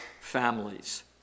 families